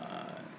err